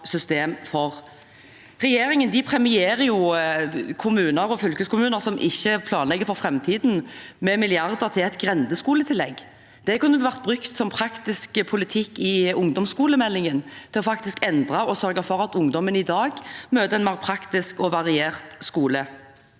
Regjeringen premierer kommuner og fylkeskommuner som ikke planlegger for framtiden, med milliarder til et grendeskoletillegg. Det kunne vært brukt som praktisk politikk i ungdomsskolemeldingen til å gjøre endringer og faktisk sørge for at ungdommen i dag møter en mer praktisk og variert skole.